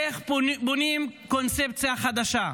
איך בונים קונספציה חדשה.